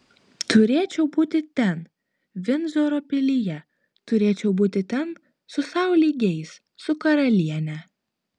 turėčiau būti ten vindzoro pilyje turėčiau būti ten su sau lygiais su karaliene